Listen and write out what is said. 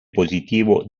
positivo